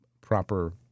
proper